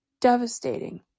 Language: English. devastating